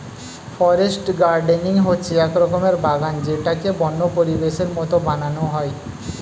forest gardening হচ্ছে এক রকমের বাগান যেটাকে বন্য পরিবেশের মতো বানানো হয়